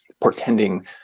portending